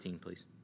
please